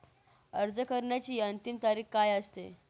अर्ज करण्याची अंतिम तारीख काय असते?